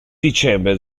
dicembre